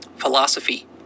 philosophy